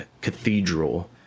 cathedral